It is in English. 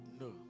no